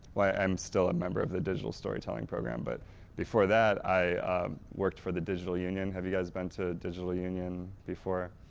well i'm still a member of the digital storytelling program but before that i worked for the digital union. have you guys been to digital union before?